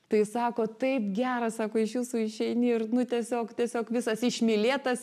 tai sako taip gera sako iš jūsų išeini ir nu tiesiog tiesiog visas išmylėtas